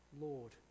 Lord